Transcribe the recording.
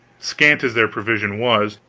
scant as their provision was,